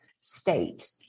state